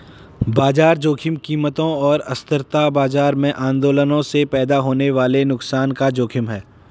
बाजार जोखिम कीमतों और अस्थिरता बाजार में आंदोलनों से पैदा होने वाले नुकसान का जोखिम है